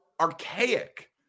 archaic